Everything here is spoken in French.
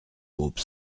groupe